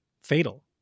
fatal